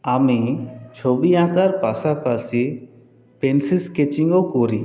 আমি ছবি আঁকার পাশাপাশি পেন্সিল স্কেচিংও করি